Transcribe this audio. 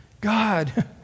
God